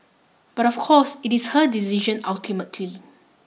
but of course it is her decision ultimately